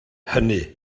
hynny